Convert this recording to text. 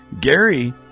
Gary